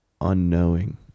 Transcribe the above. unknowing